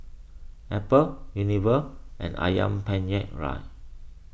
Apple Unilever and Ayam Penyet Ria